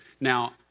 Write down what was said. now